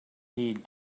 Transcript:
heed